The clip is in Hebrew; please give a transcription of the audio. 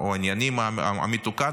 או העניינים המתוקן.